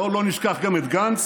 בואו לא נשכח גם את גנץ,